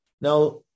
Now